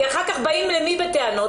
כי אחר כך באים למי בטענות?